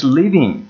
living